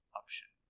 option